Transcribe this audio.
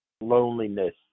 loneliness